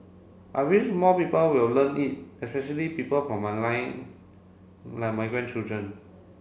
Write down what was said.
I wish more people will learn it especially people from my line like my grandchildren